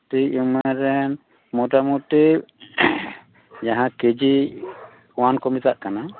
ᱠᱟᱹᱴᱤᱡ ᱩᱢᱮᱨ ᱨᱮᱱ ᱢᱳᱴᱟ ᱢᱩᱴᱤ ᱡᱟᱦᱟᱸ ᱠᱮᱡᱤ ᱳᱭᱟᱱ ᱠᱚ ᱢᱮᱛᱟᱜ ᱠᱟᱱᱟ